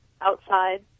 outside